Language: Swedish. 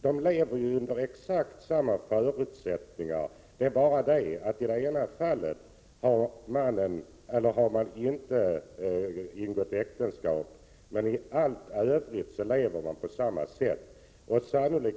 De lever ju under exakt samma förutsättningar, det är bara det att i det ena fallet har parterna inte ingått äktenskap. I allt övrigt lever de på samma sätt som ett gift par.